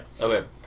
Okay